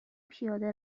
پیاده